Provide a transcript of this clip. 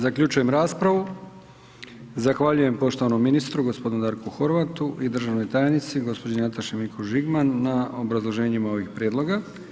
Zaključujem raspravu, zahvaljujem poštovanom ministru g. Darku Horvatu i državnoj tajnici gđi. Nataši Mikuš Žigman na obrazloženjima ovih prijedloga.